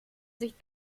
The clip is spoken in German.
sich